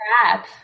crap